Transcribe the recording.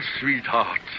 sweetheart